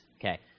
Okay